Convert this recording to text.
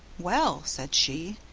well, said she,